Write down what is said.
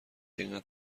اینقدر